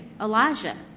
Elijah